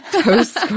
toast